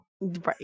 Right